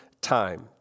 time